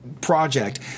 Project